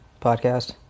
podcast